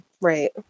Right